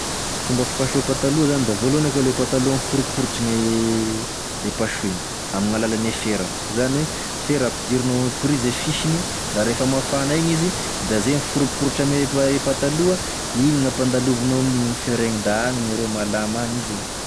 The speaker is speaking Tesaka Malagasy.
Fomba fipasoa pataloa zany da voalohany eky pataloha miforoporotry gny e pasoigny amign'alalane fera, zany oe fera ampidirinao ame prizy e fisiny da refa mafana igny izy da ze miforoporotry ame pa- e pataloa igny gn'ampandalovinao amin'igny e fera igny da agny me rô malama agny izy e.